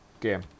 game